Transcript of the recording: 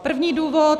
První důvod.